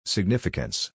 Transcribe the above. Significance